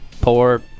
poor